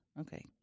Okay